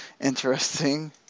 interesting